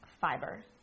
Fiber